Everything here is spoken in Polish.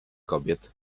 kobiet